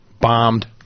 bombed